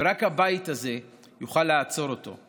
ורק הבית הזה יוכל לעצור אותו.